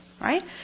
Right